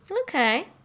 Okay